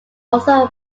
also